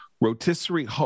rotisserie